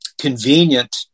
convenient